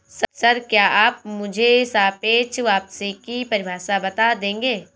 Sir, क्या आप मुझे सापेक्ष वापसी की परिभाषा बता देंगे?